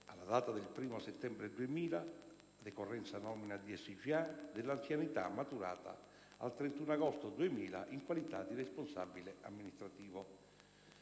alla data dei 1° settembre 2000 (decorrenza nomina DSGA), dell'anzianità maturata al 31 agosto 2000 in qualità di responsabile amministrativo.